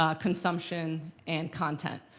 um consumption, and content.